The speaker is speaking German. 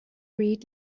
reed